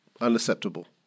unacceptable